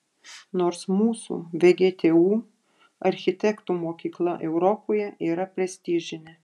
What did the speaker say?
nors mūsų vgtu architektų mokykla europoje yra prestižinė